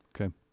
Okay